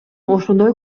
ошондой